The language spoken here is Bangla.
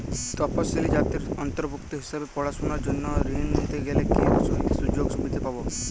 তফসিলি জাতির অন্তর্ভুক্ত হিসাবে পড়াশুনার জন্য ঋণ নিতে গেলে কী কী সুযোগ সুবিধে পাব?